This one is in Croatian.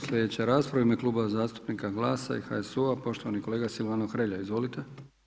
Slijedeća rasprava u ime Kluba zastupnika GLAS-a i HSU-a poštovani kolega Silvano Hrelja, izvolite.